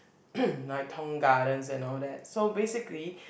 like Tong Garden and all that so basically